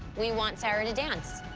we want sarah to dance.